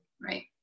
Right